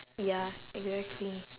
ya exactly